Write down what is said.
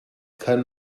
kann